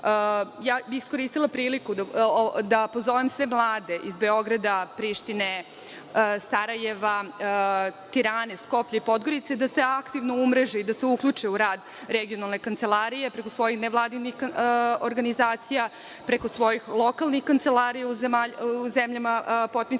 prostoru. Iskoristila bih priliku da pozovem sve mlade iz Beograda, Prištine, Sarajeva, Tirane, Skoplja i Podgorice, da se aktivno umreže i da se uključe u rad Regionalne kancelarije preko svojih nevladinih organizacija, preko svojih lokalnih kancelarija u zemljama potpisnicama